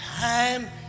time